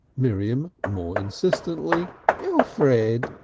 miriam, more insistently elfrid!